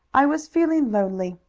i was feeling lonely.